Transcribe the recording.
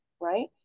right